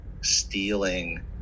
stealing